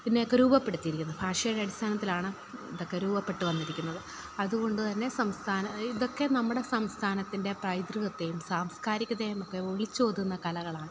ഇതിനെയൊക്കെ രൂപപ്പെടുത്തിയിരിക്കുന്നത് ഭാഷയുടെ അടിസ്ഥാനത്തിലാണ് ഇതൊക്കെ രൂപപ്പെട്ടുവന്നിരിക്കുന്നത് അതുകൊണ്ടുതന്നെ സംസ്ഥാനം ഇതൊക്കെ നമ്മുടെ സംസ്ഥാനത്തിൻ്റെ പൈതൃകത്തെയും സാംസ്കാരികതയെയും ഒക്കെ വിളിച്ചോതുന്ന കലകളാണ്